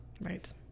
Right